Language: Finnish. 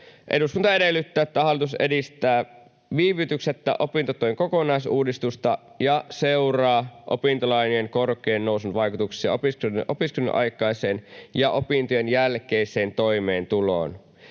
”Eduskunta edellyttää, että hallitus edistää viivytyksettä opintotuen kokonaisuudistusta ja seuraa opintolainojen korkojen nousun vaikutuksia opiskelijoiden opiskelujen aikaiseen ja opintojen jälkeiseen toimeentuloon.”